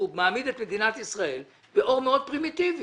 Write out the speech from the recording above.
מעמיד את מדינת ישראל באור מאוד פרימיטיבי.